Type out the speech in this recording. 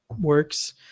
works